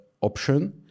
option